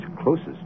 closest